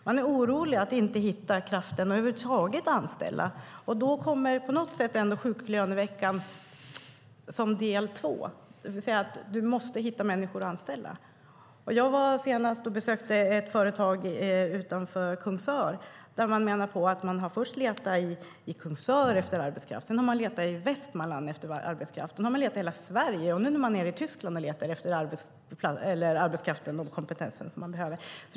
Man är orolig att inte hitta krafter att anställa över huvud taget, och då kommer ändå sjuklöneveckan som del två, det vill säga du måste hitta människor att anställa. Senast besökte jag ett företag utanför Kungsör där man först hade letat efter arbetskraft i Kungsör, sedan i hela Västmanland, därefter i hela Sverige, och nu är man nere i Tyskland och letar efter arbetskraften och kompetensen som man behöver.